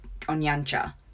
Onyancha